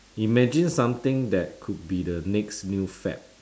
imagine something that could be the next new fad